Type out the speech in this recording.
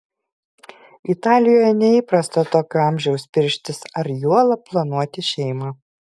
italijoje neįprasta tokio amžiaus pirštis ar juolab planuoti šeimą